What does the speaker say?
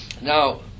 Now